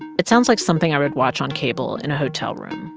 it sounds like something i would watch on cable in a hotel room.